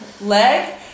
leg